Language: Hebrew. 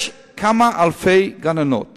יש כמה אלפי גננות